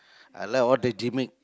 I like all the gimmick